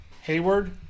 Hayward